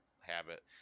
habit